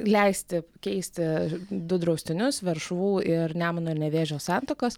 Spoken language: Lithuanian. leisti keisti du draustinius veršvų ir nemuno ir nevėžio santakos